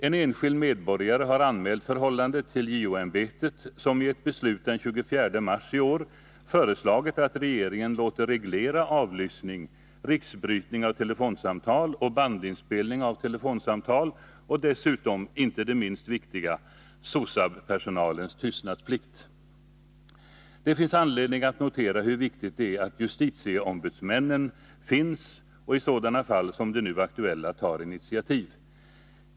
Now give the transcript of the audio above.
En enskild medborgare har anmält regeringen låter reglera avlyssning, riksbrytning av telefonsamtal och Torsdagen den bandinspelning av telefonsamtal och dessutom — inte det minst viktiga — 26 november 1981 SOSAB-personalens tystnadsplikt. Det finns anledning att notera hur viktigt det är att justitieombudsmännen finns och att de i sådana fall som det nu aktuella tar initiativ.